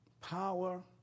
Power